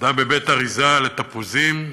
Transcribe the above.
עבדה בבית-אריזה לתפוזים.